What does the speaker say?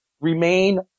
remain